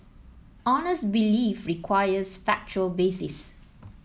honest belief requires factual basis